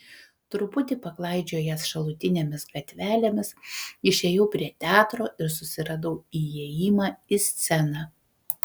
truputį paklaidžiojęs šalutinėmis gatvelėmis išėjau prie teatro ir susiradau įėjimą į sceną